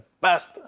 best